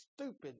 stupid